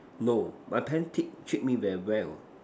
no my parents teach treat me very well